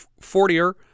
Fortier